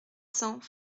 cents